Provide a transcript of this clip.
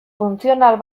funtzional